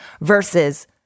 versus